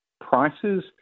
prices